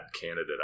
candidate